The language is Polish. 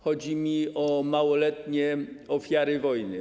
Chodzi mi o małoletnie ofiary wojny.